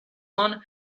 one